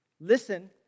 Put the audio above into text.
Listen